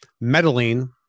meddling